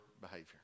behavior